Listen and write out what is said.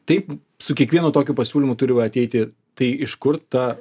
taip su kiekvienu tokiu pasiūlymu turiu ateiti tai iš kur ta